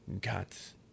God's